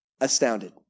astounded